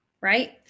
right